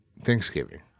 Thanksgiving